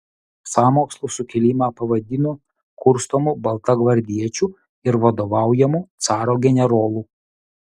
sąmokslu sukilimą pavadino kurstomu baltagvardiečių ir vadovaujamu caro generolų